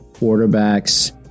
quarterbacks